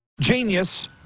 genius